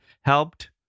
helped